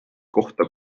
kohta